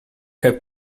have